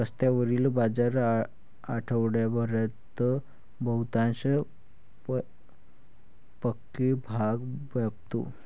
रस्त्यावरील बाजार आठवडाभरात बहुतांश पक्के भाग व्यापतो